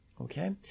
Okay